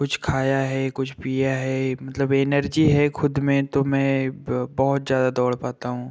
कुछ खाया है कुछ पीया है मतलब एनर्जी है खुद में तो मैं ब बहुत ज्यादा दौड़ पाता हूँ